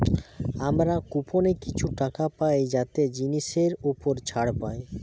আমরা কুপনে কিছু টাকা পাই যাতে জিনিসের উপর ছাড় পাই